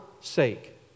sake